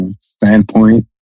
standpoint